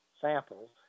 samples